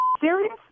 serious